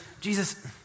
Jesus